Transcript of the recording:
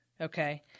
Okay